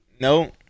No